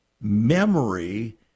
memory